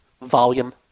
volume